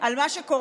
על מה שקורה,